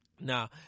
Now